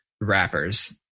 rappers